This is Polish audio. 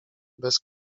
bez